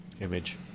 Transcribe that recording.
image